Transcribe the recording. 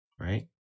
right